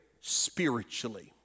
spiritually